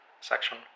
section